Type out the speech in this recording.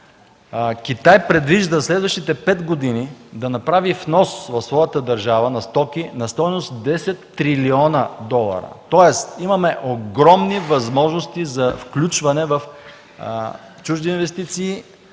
Китай предвижда в следващите пет години да направи внос на стоки в своята държава на стойност 10 трилиона долара. Тоест имаме огромни възможности за включване в чужди инвестиции